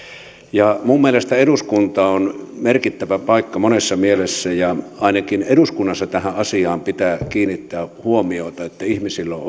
minun mielestäni eduskunta on merkittävä paikka monessa mielessä ja ainakin eduskunnassa tähän asiaan pitää kiinnittää huomiota että ihmisillä on on